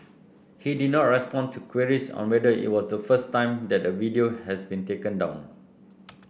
he did not respond to queries on whether it was the first time that a video has been taken down